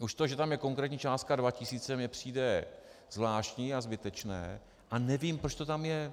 Už to, že tam je konkrétní částka 2 tisíce, mi přijde zvláštní a zbytečné, a nevím, proč to tam je.